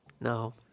No